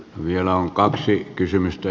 vielä on kaksi kysymystä